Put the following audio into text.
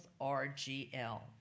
RGL